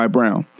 Brown